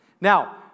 Now